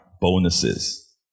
bonuses